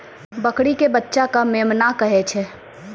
बकरी के बच्चा कॅ मेमना कहै छै